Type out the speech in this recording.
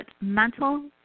mental